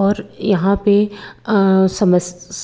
और यहाँ पे